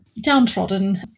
downtrodden